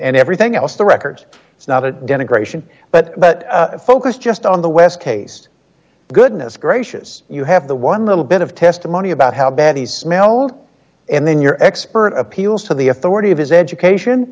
and everything else the record it's not a denigration but focus just on the west case goodness gracious you have the one little bit of testimony about how bad these smelled and then your expert appeals to the authority of his education